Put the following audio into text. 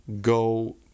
go